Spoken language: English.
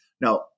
Now